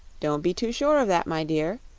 don't be too sure of that, my dear,